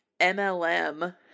MLM